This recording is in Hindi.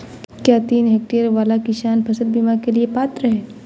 क्या तीन हेक्टेयर वाला किसान फसल बीमा के लिए पात्र हैं?